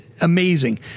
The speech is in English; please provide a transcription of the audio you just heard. amazing